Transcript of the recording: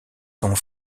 sont